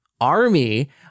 army